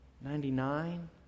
ninety-nine